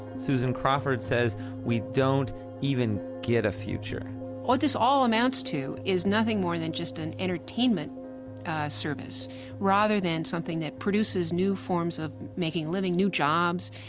susan crawford says we don't even get a future what this all amounts to, is nothing more than just an entertainment service rather than something that produces new forms of making a living, new jobs,